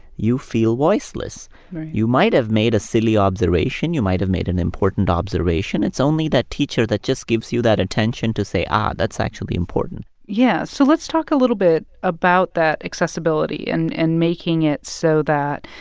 you feel voiceless right you might have made a silly observation. you might have made an important observation. it's only that teacher that just gives you that attention to say, ah, that's actually important yeah. so let's talk a little bit about that accessibility and and making making it so that,